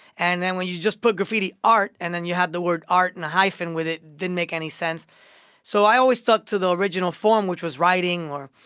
and then when you just put graffiti art and then you had the word art and a hyphen with it, didn't make any sense so i always stuck to the original form, which was writing or,